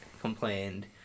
complained